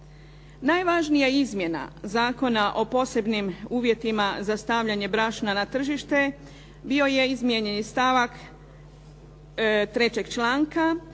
Najvažnija izmjena Zakona o posebnim uvjetima za stavljanje brašna na tržište bio je izmijenjeni stavak 3. članka